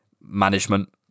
management